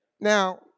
Now